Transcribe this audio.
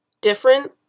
different